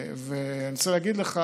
ואני רוצה להגיד לך